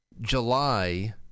July